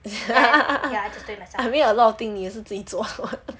I mean a lot of thing 你也是自己做 [what]